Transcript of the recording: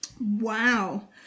wow